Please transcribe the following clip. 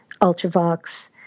Ultravox